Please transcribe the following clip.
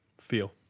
Feel